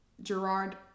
Gerard